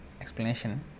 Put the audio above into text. explanation